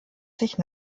sich